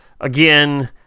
Again